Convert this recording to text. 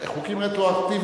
חוקים רטרואקטיביים,